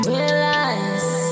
Realize